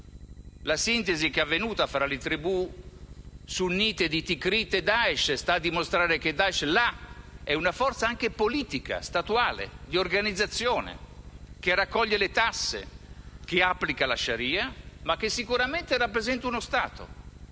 La sintesi avvenuta tra le tribù sunnite di Tikrit e il Daesh sta a dimostrare che là il Daesh è una forza anche politica, statuale e di organizzazione, che raccoglie le tasse ed applica la *shari'a*, ma che sicuramente rappresenta uno Stato.